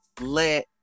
let